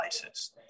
devices